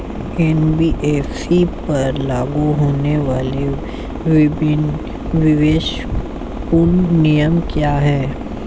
NBFC पर लागू होने वाले विभिन्न विवेकपूर्ण नियम क्या हैं?